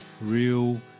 Real